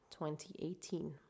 2018